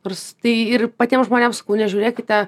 nors tai ir patiem žmonėms sakau nežiūrėkite